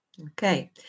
Okay